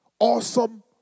awesome